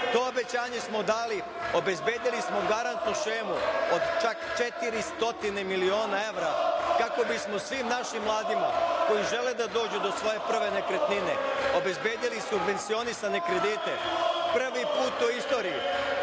To obećanje smo dali, obezbedili smo garantnu šemu od čak 400 miliona evra kako bismo svim našim mladima koji žele da dođu do svoje prve nekretnine obezbedili subvencionisane kredite. Prvi put u istoriji,